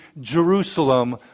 Jerusalem